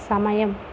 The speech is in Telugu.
సమయం